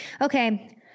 okay